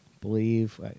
believe